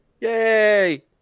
Yay